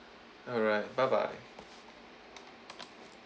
alright bye bye